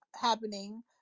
happening